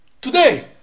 Today